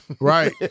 Right